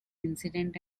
incident